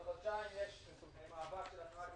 כבר חודשיים שיש סוג של מאבק של התנועה